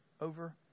over